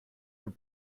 were